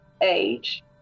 age